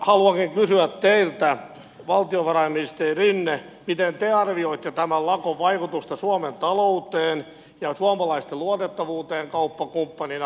miten te arvioitte tämän lakon vaikutusta suomen talouteen ja suomalaisten luotettavuuteen kauppakumppanina